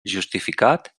justificat